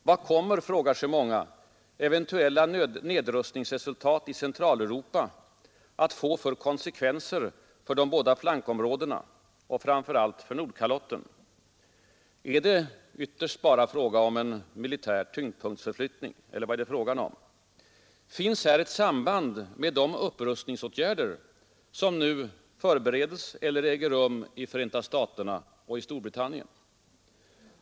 Vad kommer — frågar sig många — eventuella nedrustningsresultat i Centraleuropa att få för konsekvenser för de båda flankområdena och framför allt för Nordkalotten? Är det ytterst bara fråga om en militär tyngdpunktsförflyttning eller vad är det fråga om? Finns här ett samband mellan de upprustningsåtgärder som nu förbereds eller äger rum i Förenta staterna och Storbritannien?